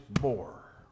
more